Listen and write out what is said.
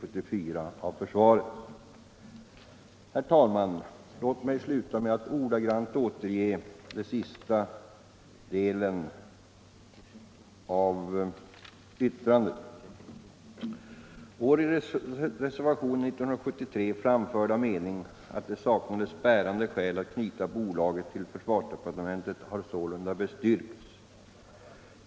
å militära förråd Herr talman! Låt mig sluta med att ordagrant återge den sista delen av vårt särskilda yttrande: ”Vår i reservationen 1973 framförda mening att det saknades bärande skäl att knyta bolaget till försvarsdepartementet har sålunda bestyrkts.